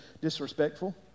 disrespectful